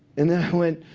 and then i went,